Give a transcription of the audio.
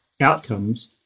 outcomes